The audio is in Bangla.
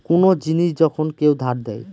কোন জিনিস যখন কেউ ধার দেয়